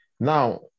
Now